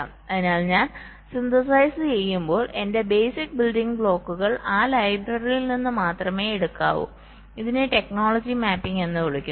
അതിനാൽ ഞാൻ സിന്തസൈസ് ചെയ്യുമ്പോൾ എന്റെ ബേസിക് ബിൽഡിംഗ് ബ്ലോക്കുകൾ ആ ലൈബ്രറിയിൽ നിന്ന് മാത്രമേ എടുക്കാവൂ ഇതിനെ ടെക്നോളജി മാപ്പിംഗ് എന്ന് വിളിക്കുന്നു